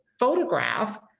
photograph